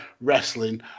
wrestling